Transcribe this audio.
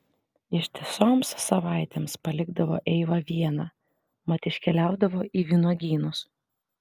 ištisoms savaitėms palikdavo eivą vieną mat iškeliaudavo į vynuogynus